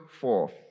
forth